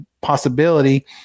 possibility